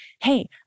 Hey